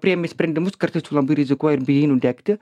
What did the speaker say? priimi sprendimus kartais tu labai rizikuoji ir bijai nudegti